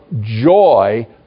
joy